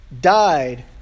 died